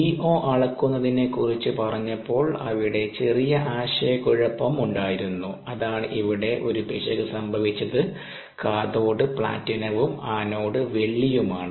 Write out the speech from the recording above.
DO അളക്കുന്നതിനെ കുറിച്ച് പറഞ്ഞപ്പോൾ അവിടെ ചെറിയ ആശയക്കുഴപ്പം ഉണ്ടായിരുന്നു അതാണ് ഇവിടെ ഒരു പിശക് സംഭവിച്ചത് കാഥോഡ് പ്ലാറ്റിനവും ആനോഡ് വെള്ളിയുമാണ്